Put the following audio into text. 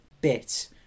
bit